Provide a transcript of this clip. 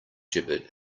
gibbered